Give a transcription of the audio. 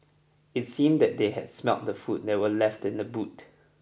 it seemed that they had smelt the food that were left in the boot